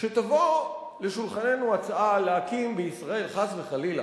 שתבוא לשולחננו הצעה להקים בישראל, חס וחלילה,